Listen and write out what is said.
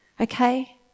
okay